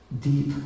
deep